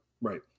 right